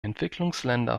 entwicklungsländer